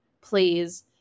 please